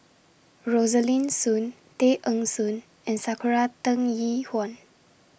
Rosaline Soon Tay Eng Soon and Sakura Teng Ying Hua